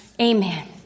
amen